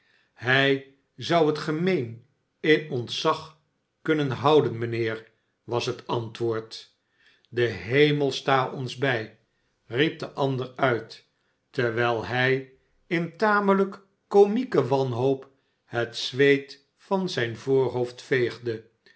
hij zou het gemeen in ontzag kunnen houden mijnheer was het antwoord de hemel sta ons bij riep de ander uit terwijl hij in tamelijk komieke wanhoop het zweet van zijn voorhoofd veegde